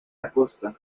acosta